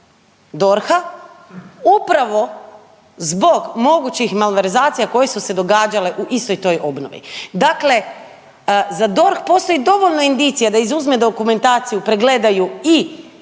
DORH-a upravo zbog mogućih malverzacija koje su se događale u istoj toj obnovi. Dakle, za DORH postoji dovoljno indicija da izuzme dokumentaciju, pregleda ju i